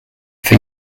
for